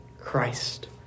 christ